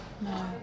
No